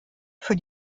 für